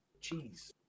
Cheese